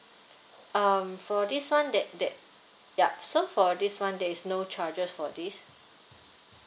um for this one that that yup so for this one there is no charges for this